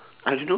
I don't know